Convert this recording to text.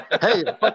hey